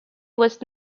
was